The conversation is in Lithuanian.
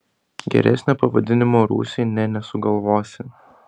geresnio pavadinimo rūsiui nė nesugalvosi